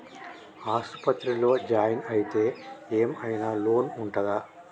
ఆస్పత్రి లో జాయిన్ అయితే ఏం ఐనా లోన్ ఉంటదా?